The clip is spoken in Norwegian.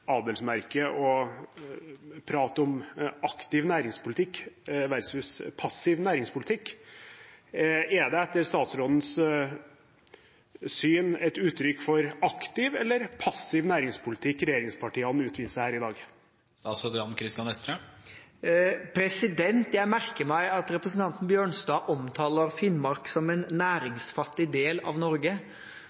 adelsmerke å prate om aktiv næringspolitikk versus passiv næringspolitikk. Er det, etter statsrådens syn, aktiv eller passiv næringspolitikk regjeringspartiene bedriver her i dag? Jeg merker meg at representanten Bjørnstad omtaler Finnmark som en næringsfattig del av Norge.